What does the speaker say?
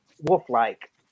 wolf-like